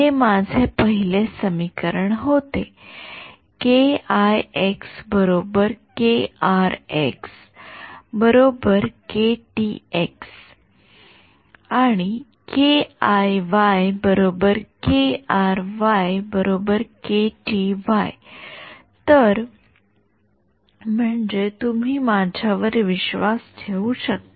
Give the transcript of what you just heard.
हे माझे पहिले समीकरण होते तर म्हणजे तुम्ही माझ्यावर विश्वास ठेवू शकता